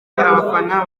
abafana